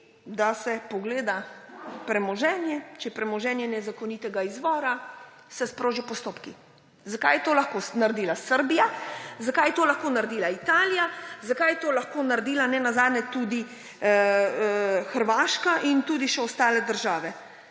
pogleda premoženje. Če je premoženje nezakonitega izvora, se sprožijo postopki. Zato je to lahko naredila Srbija? Zakaj je to lahko naredila Italija? Zakaj je to lahko naredila nenazadnje tudi Hrvaška in tudi še ostale države?